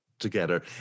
together